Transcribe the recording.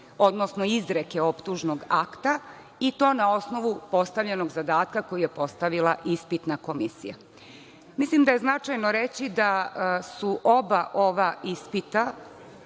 odnosno izreke optužnog akta i to na osnovu postavljenog zadatka koji je postavila ispitna komisija. Mislim da je značajno reći da su oba ova ispita